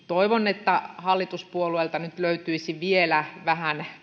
toivon että hallituspuolueilta nyt löytyisi vielä vähän